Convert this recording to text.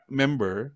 member